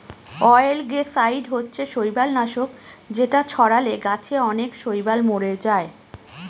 অয়েলগেসাইড হচ্ছে শৈবাল নাশক যেটা ছড়ালে গাছে অনেক শৈবাল মোরে যায়